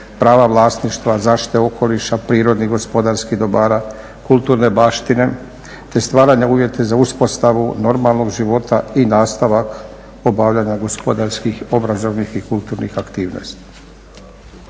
prava vlasništva, zaštite okoliša, prirodnih, gospodarskih dobara, kulturne baštine te stvaranja uvjeta za uspostavu normalnog života i nastavak obavljanja gospodarskih, obrazovnih i kulturnih aktivnosti.